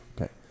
Okay